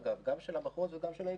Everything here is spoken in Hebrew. אגב גם של המחוז וגם של האיגוד,